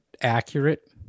accurate